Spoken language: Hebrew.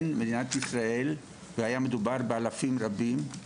והיה מדובר באלפים רבים.